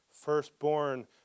Firstborn